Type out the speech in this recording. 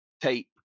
tape